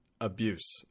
abuse